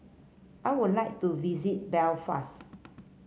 I would like to visit Belfast